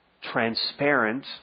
transparent